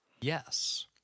Yes